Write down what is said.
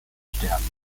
sterben